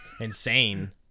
insane